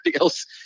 else